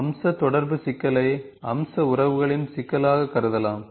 அம்ச தொடர்பு சிக்கலை அம்ச உறவுகளின் சிக்கலாகக் கருதலாம்